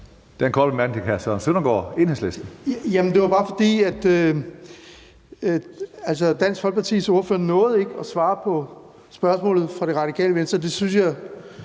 Det var bare, fordi Dansk Folkepartis ordfører ikke nåede at svare på spørgsmålet fra Radikale Venstre,